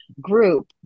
group